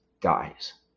dies